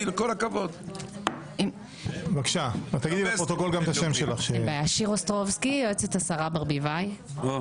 --- חשוב